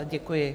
Děkuji.